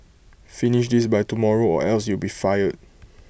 finish this by tomorrow or else you'll be fired